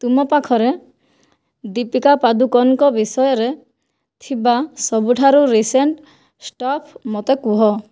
ତୁମ ପାଖରେ ଦୀପିକା ପାଦୁକୋନ୍ଙ୍କ ବିଷୟରେ ଥିବା ସବୁଠାରୁ ରିସେଣ୍ଟ୍ ଷ୍ଟଫ୍ ମୋତେ କୁହ